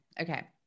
Okay